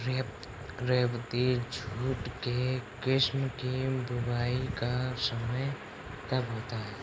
रेबती jute के किस्म की बुवाई का समय कब होता है?